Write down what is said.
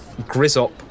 Grizzop